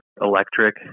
electric